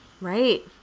Right